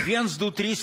viens du trys